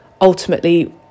ultimately